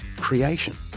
creation